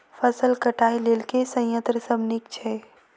फसल कटाई लेल केँ संयंत्र सब नीक छै?